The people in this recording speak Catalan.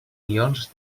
guions